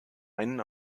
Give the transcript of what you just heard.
einen